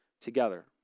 together